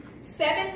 Seven